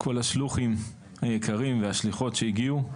כל השלוחים היקרים והשליחות שהגיעו,